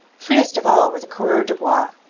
freest of all were the coureurs de bois,